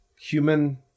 human